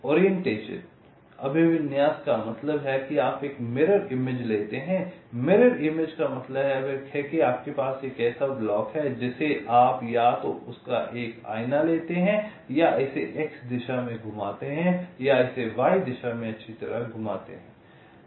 orientation का मतलब है कि आप एक मिरर इमेज लेते हैं मिरर इमेज का मतलब है कि आपके पास एक ऐसा ब्लॉक है जिसे आप या तो इसका एक आइना लेते हैं और इसे x दिशा में घुमाते हैं या इसे y दिशा में अच्छी तरह घुमाते हैं